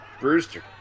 Brewster